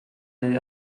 neu